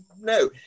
no